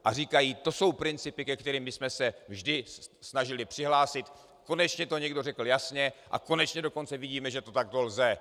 A říkají: To jsou principy, ke kterým my jsme se vždy snažili přihlásit, konečně to někdo řekl jasně a konečně dokonce vidíme, že to takto lze.